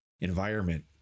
Environment